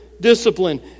discipline